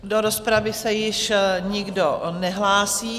Do rozpravy se již nikdo nehlásí.